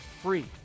free